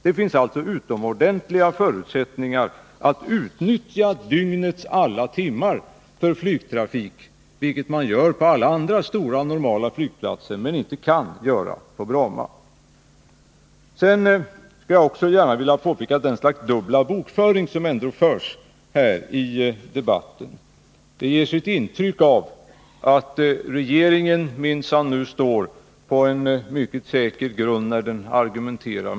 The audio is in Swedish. Det finns alltså utomordentliga förutsättningar att på Arlanda utnyttja dygnets alla timmar för flygtrafik. Det gör man på alla andra stora normalflygplatser, men det kan man inte göra på Bromma. Sedan vill jag också peka på att man använder något slags dubbel bokföring häri debatten. Det ges intryck av att regeringen minsann nu står på en mycket säker grund när den argumenterar.